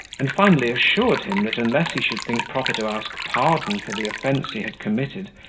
and finally assured him that unless he should think proper to ask pardon for the offence he had committed,